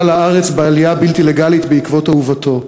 הוא עלה לארץ בעלייה בלתי לגלית בעקבות אהובתו.